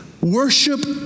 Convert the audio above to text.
worship